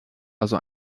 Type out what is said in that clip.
also